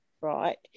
right